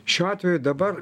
šiuo atveju dabar